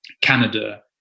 Canada